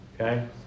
Okay